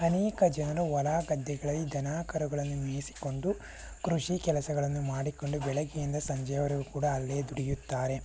ಅನೇಕ ಜನರು ಹೊಲ ಗದ್ದೆಗಳಲ್ಲಿ ದನ ಕರುಗಳನ್ನು ಮೇಯಿಸಿಕೊಂಡು ಕೃಷಿ ಕೆಲಸಗಳನ್ನು ಮಾಡಿಕೊಂಡು ಬೆಳಗ್ಗೆಯಿಂದ ಸಂಜೆವರೆಗೂ ಕೂಡ ಅಲ್ಲೇ ದುಡಿಯುತ್ತಾರೆ